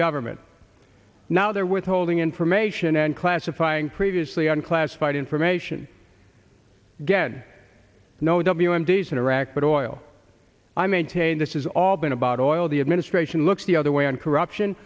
government now they're withholding information and classifying previously on classified information again no w m d's in iraq but while i maintain this is all been about oil the administration looks the other way on corruption